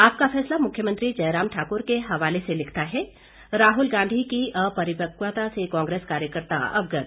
आपका फैसला मुख्यमंत्री जयराम ठाक्र के हवाले से लिखता है राहल गांधी की अपरिपक्वता से कांग्रेस कार्यकर्त्ता अवगत